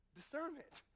discernment